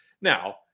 Now